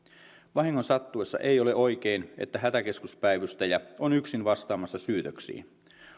vahingon sattuessa ei ole oikein että hätäkeskuspäivystäjä on yksin vastaamassa syytöksiin